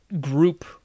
group